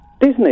Disney